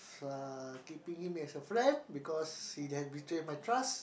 uh keeping him as a friend because he had betray my trust